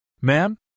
Ma'am